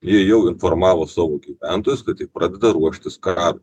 ji jau informavo savo gyventojus kad tai pradeda ruoštis karam